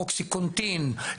אוקסיקונטין,